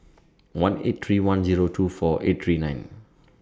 one eight three one Zero two four eight three nine